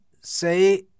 say